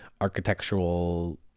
architectural